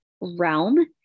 realm